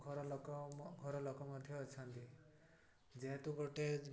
ଘରଲୋକ ଘରଲୋକ ମଧ୍ୟ ଅଛନ୍ତି ଯେହେତୁ ଗୋଟିଏ